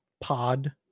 pod